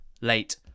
late